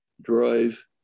drive